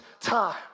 time